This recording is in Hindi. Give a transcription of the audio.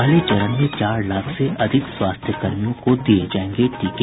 पहले चरण में चार लाख से अधिक स्वास्थ्यकर्मियों को दिये जायेंगे टीके